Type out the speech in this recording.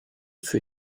für